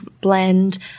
blend